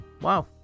wow